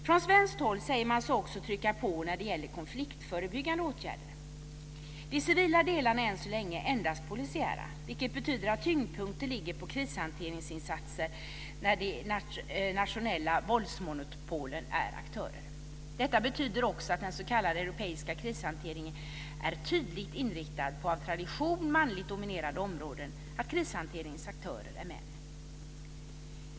Från svenskt håll säger man sig också trycka på när det gäller konfliktförebyggande åtgärder. De civila delarna är än så länge endast polisiära, vilket betyder att tyngdpunkten ligger på krishanteringsinsatser där de nationella våldsmonopolen är aktörer. Detta betyder också att den s.k. europeiska krishanteringen är tydligt inriktad på av tradition manligt dominerade områden - krishanteringens aktörer är män.